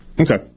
Okay